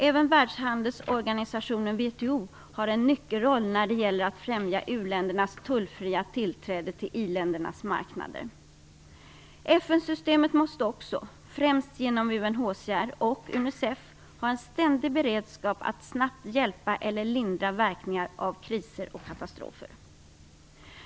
Även Världshandelsorganisationen, WTO, har en nyckelroll när det gäller att främja u-ländernas tullfria tillträde till i-ländernas marknader. FN-systemet måste också främst genom UNHCR och Unicef ha en ständig beredskap att snabbt hjälpa eller lindra verkningar av kriser och katastrofer.